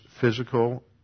physical